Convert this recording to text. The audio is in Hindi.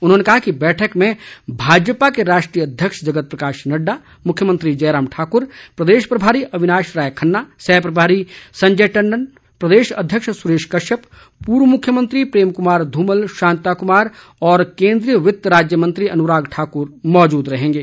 उन्होंने कहा कि बैठक में भाजपा के राष्ट्रीय अध्यक्ष जगत प्रकाश नड्डा मुख्यमंत्री जयराम ठाकुर प्रदेश प्रभारी अविनाश राय खन्ना सह प्रभारी संजय टंडन प्रदेश अध्यक्ष सुरेश कश्यप पूर्व मुख्यमंत्री प्रेम कुमार धूमल शांता कुमार और केन्द्रीय वित्त राज्य मंत्री अनुराग ठाकुर मौजूद रहेंगे